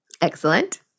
Excellent